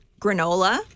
granola